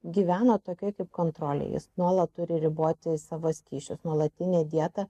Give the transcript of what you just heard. gyvena tokioj kaip kontrolėj jis nuolat turi riboti savo skysčius nuolatinė dieta